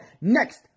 next